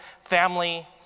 family